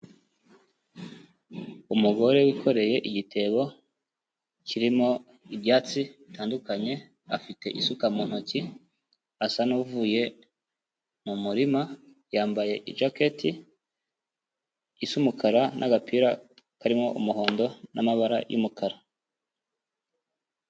Umugore wikoreye igitebo kirimo ibyatsi bitandukanye, afite isuka mu ntoki, asa n'uvuye mu murima, yambaye ijaketi isa umukara n'agapira karimo umuhondo n'amabara y'umukara.